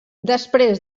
després